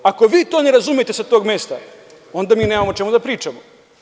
Ako vi to ne razumete sa tog mesta, onda mi nemamo o čemu da pričamo.